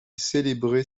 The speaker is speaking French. célébrait